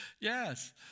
Yes